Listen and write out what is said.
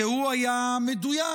כי הוא היה מדויק,